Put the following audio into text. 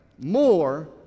more